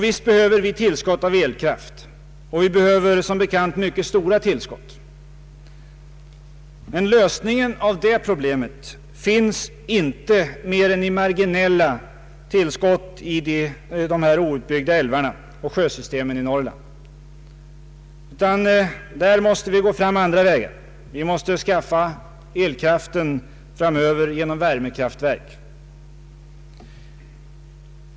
Visst behöver vi tillskott av elkraft, och vi behöver som bekant mycket stora tillskott. Lösningen av det problemet finns dock inte mer än i marginella tillskott i de outbyggda älvarna och sjösystemen i Norrland. Där måste vi gå fram andra vägar. Vi måste framöver skaffa elkraften genom värmekraftverk.